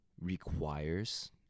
requires